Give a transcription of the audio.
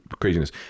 craziness